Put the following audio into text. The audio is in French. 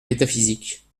métaphysique